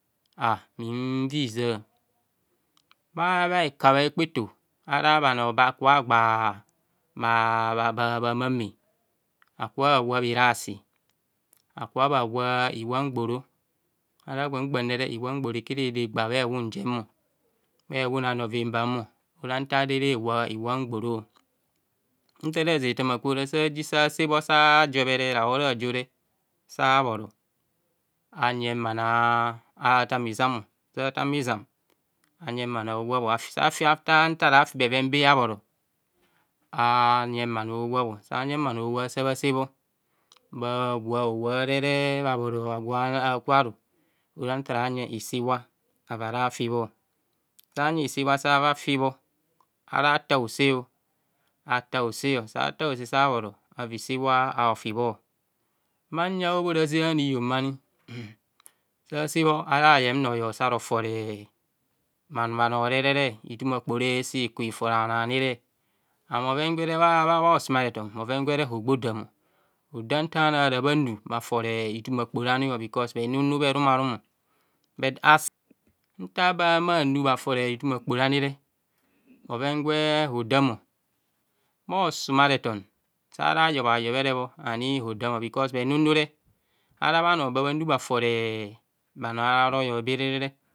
Bhinviza ara bhahekabhe eto arabhano ba kubho agba bha bha mame aka bha wabirasi aka bhe wab iwamgboro ara kpam kpam iwamgboro kiridi gba bha ehw hun jen bwa ehuhun a novemba ora nta do ere wab iwamgboro ntereze efama kwe ora saji sasebho sajobhere rahor ajore sabhoro anyen bhano a’ atema izam sa tama izam ayeng bhano owab afta ntara fi bhe venbe abhoro a'ayen bhano owab sayen bhano howab sabhasebho bhawahowa brere bhabhoro bhawabakwoara ora ntara anyeng ise iwa avara bha fibho sayen ise iwa sava afibho arata bhose afabhose satabhose sabhore ava ise iwa afibho bha nyon hobhoraze anihom mani sa sehho ayayen royor saro fore bhanorere ituma kpeve si ku ifore bhano ani an bhoven gwere bhosumare ton bhoven hogbodan, hodam nta bhano ara bha nu bhafore ituma kpere bkosi bhenụnụ bherum a'rum bur asi ntav be bhahumo bhamu bha fore itumakpere bhovengwe bodam bhosumarethon sara yobha yobherebho ani bodam bkosi bhenanure ara bhanobere ba bhanu bhafore bhanoa'royor bere.